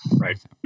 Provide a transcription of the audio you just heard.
right